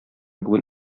бүген